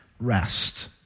rest